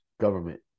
government